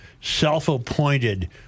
self-appointed